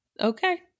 Okay